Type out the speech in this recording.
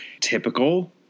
typical